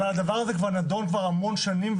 אבל הדבר הזה נדון כבר המון שנים,